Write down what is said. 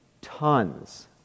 tons